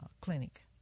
clinic